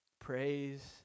praise